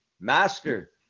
Master